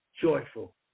joyful